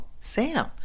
Sam